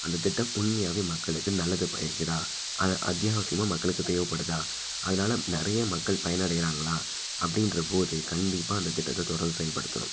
அந்த திட்டம் உண்மையாகவே மக்களுக்கு நல்லது பழிக்குதா அத்தியாவசியமாக மக்களுக்கு தேவைப்படுதா அதனால நிறைய மக்கள் பயனடையிறாங்களா அப்படின்றப் போது கண்டிப்பாக அந்தத் திட்டத்தை தொடர்ந்து செயல்படுத்தணும்